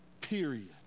period